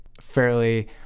fairly